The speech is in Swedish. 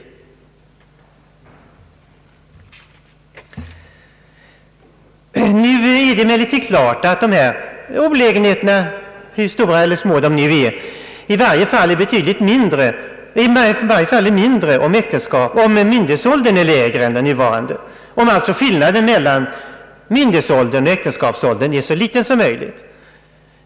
Det är emellertid klart att de olägenheter som jag nu har berört — hur stora eller små de nu är — är betydligt mindre, om omyndighetsåldern är lägre än den nuvarande, om alltså skillnaden mellan myndighetsålder och äktenskapsålder är så liten som möjligt.